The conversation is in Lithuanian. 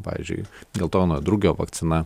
pavyzdžiui geltonojo drugio vakcina